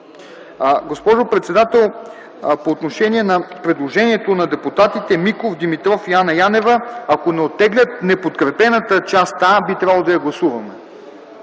Госпожо председател, по отношение на предложението на депутатите Миков, Димитров и Анна Янева, ако не оттеглят неподкрепената част, би трябвало да я гласуваме.